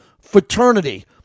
fraternity